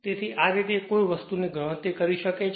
તેથી આ રીતે કોઈ આ વસ્તુની ગણતરી કરી શકે છે